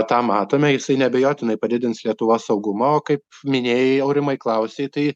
tą matome jisai neabejotinai padidins lietuvos saugumą o kaip minėjai aurimai klausei tai